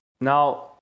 Now